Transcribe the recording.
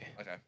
Okay